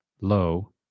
Low